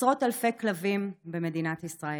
עשרות אלפי כלבים, במדינת ישראל.